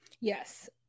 Yes